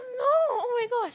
no oh my gosh